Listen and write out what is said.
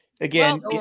Again